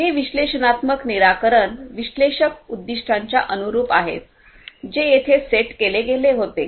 हे विश्लेषणात्मक निराकरण विश्लेषक उद्दीष्टांच्या अनुरुप आहेत जे येथे सेट केले गेले होते